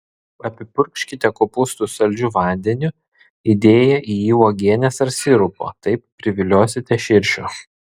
apipurkškite kopūstus saldžiu vandeniu įdėję į jį uogienės ar sirupo taip priviliosite širšių